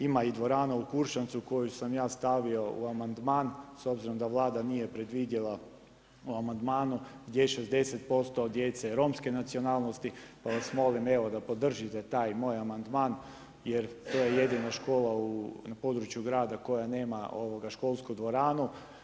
Ima i dvorana Kuršancu koju sam ja stavio u amandman s obzirom da Vlada nije predvidjela u amandman gdje je 60% djece Romske nacionalnosti pa vas molim da podržite taj moj amandman jer to je jedina škola na području grada koja nema školsku dvoranu.